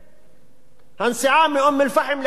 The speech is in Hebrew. הנסיעה מאום-אל-פחם לחדרה תהיה מוזלת.